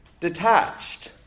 detached